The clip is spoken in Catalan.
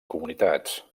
comunitats